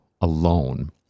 alone